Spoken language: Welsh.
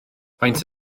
faint